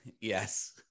Yes